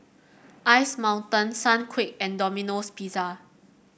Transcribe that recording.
Ice Mountain Sunquick and Domino Pizza